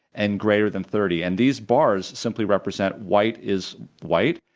and greater than thirty. and these bars simply represent white is white,